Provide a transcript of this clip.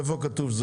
איפה כתוב?